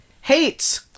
hates